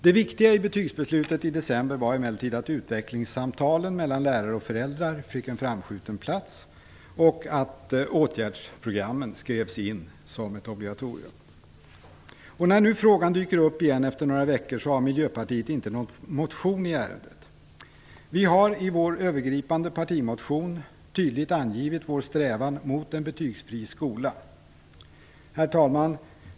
Det viktiga i betygsbeslutet i december var emellertid att utvecklingssamtalen mellan lärare och föräldrar fick en framskjuten plats och att åtgärdsprogrammen skrevs in som ett obligatorium. När nu frågan dyker upp igen efter några veckor har Miljöpartiet inte någon motion i ärendet. Vi har i vår övergripande partimotion tydligt angivit vår strävan mot en betygsfri skola. Herr talman!